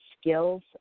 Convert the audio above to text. skills